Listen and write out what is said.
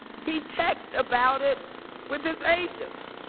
he texted about it with his agents.